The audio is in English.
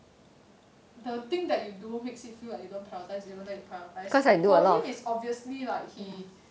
the thing that you do makes it feel like you don't prioritize even though you prioritize for him it's obviously like he